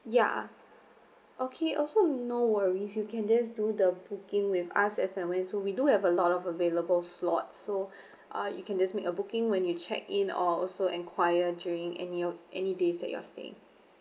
ya okay also no worries you can just do the booking with us as and when so we do have a lot of available slot so uh you can just make a booking when you check in or also enquire during any of any days that you're staying